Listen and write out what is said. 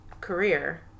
career